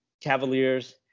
Cavaliers